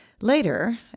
Later